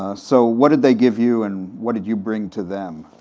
ah so what did they give you, and what did you bring to them?